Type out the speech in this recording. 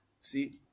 See